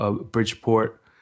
Bridgeport